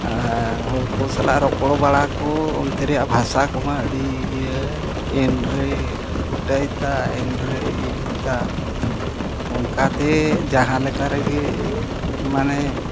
ᱟᱨ ᱦᱚᱲ ᱥᱟᱞᱟᱜ ᱨᱚᱯᱚᱲ ᱵᱟᱲᱟ ᱠᱚ ᱚᱱᱛᱮ ᱨᱮᱭᱟᱜ ᱵᱷᱟᱥᱟ ᱠᱚᱢᱟ ᱟᱹᱰᱤ ᱤᱭᱟᱹ ᱮᱱᱨᱮ ᱩᱴᱟᱹᱭ ᱮᱱᱨᱮ ᱤᱭᱟᱹ ᱛᱟ ᱚᱱᱠᱟᱛᱮ ᱡᱟᱦᱟᱸ ᱞᱮᱠᱟ ᱨᱮᱜᱮ ᱢᱟᱱᱮ